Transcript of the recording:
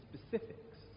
specifics